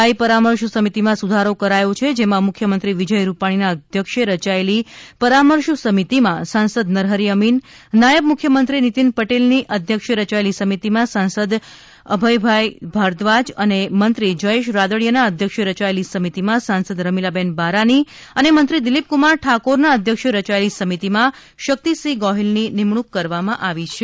સ્થાયી પરમાર્શ સમિતિમાં સુધારો કરાયો છે જેમાં મુખ્યમંત્રી વિજય રૂપાણીના અધ્યક્ષે રચાયેલી પરામર્શ સમિતિમાં સાંસદ નરહરી અમિન નાયબ મુખ્યમંત્રી નીતિન પટેલની અધ્યક્ષે રચાયેલી સમિતિમાં સાંસદ શ્રી અભયભાઈ ભારદ્વાજ અને મંત્રી જયેશ રાદડિયાના અધ્યક્ષે રયાયેલી સમિતિમાં સાંસદ રમિલાબેન બારાની અને મંત્રી દિલીપકુમાર ઠાકોરના અધ્યક્ષે રચાયેલી સમિતિમાં શક્તિસિંહજી ગોહિલની નિમણૂક કરવામાં આવી છે